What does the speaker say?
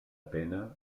pena